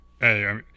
hey